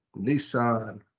Nissan